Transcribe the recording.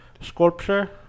Sculpture